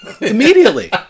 Immediately